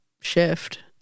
shift